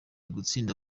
gutsinda